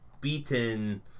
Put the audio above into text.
beaten